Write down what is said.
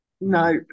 No